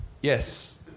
Yes